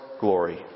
glory